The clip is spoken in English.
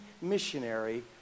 missionary